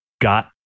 got